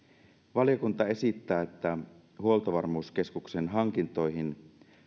valiokunta esittää että huoltovarmuuskeskuksen hankintoihin